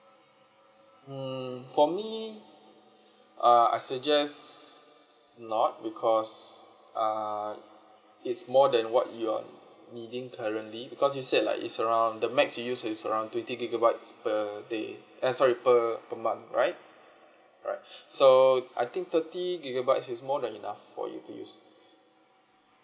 mm for me uh I suggest not because uh it's more than what you're needing currently because you said like is around the max you use is around twenty gigabytes per day eh sorry per per month right alright so I think thirty gigabytes is more than enough for you to use